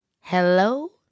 Hello